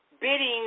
bidding